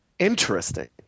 interesting